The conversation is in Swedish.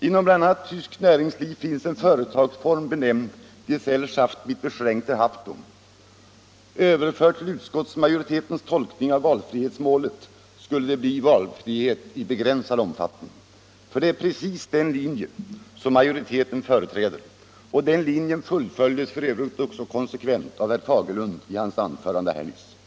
Inom bl.a. tyskt näringsliv finns en företagsform benämnd Gesellschaft — Nr 80 mit beschrenkter Haftung . Överfört till utskottsmajoritetens Onsdagen den tolkning av valfrihetsmålet skulle det bli ”Valfrihet i begränsad om 14 maj 1975 fattning” — det är nämligen precis den linje som majoriteten företräder. Den linjen fullföljdes f. ö. konsekvent av herr Fagerlund i hans anförande = Riktlinjer för nyss.